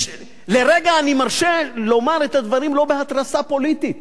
לרגע אני מרשה לומר את הדברים לא בהתרסה פוליטית,